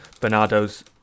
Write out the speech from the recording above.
Bernardo's